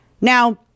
Now